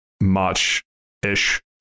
March-ish